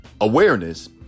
awareness